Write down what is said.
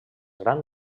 gran